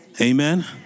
Amen